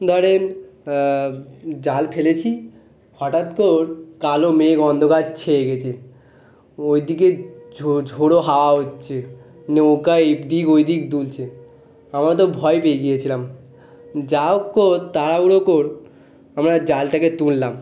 জাল ফেলেছি হঠাৎ করে কালো মেঘ অন্ধকার ছেয়ে গিয়েছে ওই দিকে ঝোড়ো হাওয়া হচ্ছে নৌকায় এই দিক ওই দিক দুলছে আমারা তো ভয় পেয়ে গিয়েছিলাম যা হোক তাড়াহুড়ো করে আমরা জালটাকে তুললাম